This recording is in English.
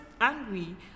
angry